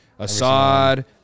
Assad